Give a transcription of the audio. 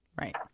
right